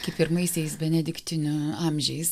kaip pirmaisiais benediktinių amžiais